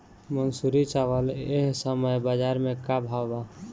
मंसूरी चावल एह समय बजार में का भाव बा?